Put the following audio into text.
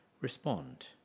respond